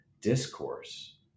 discourse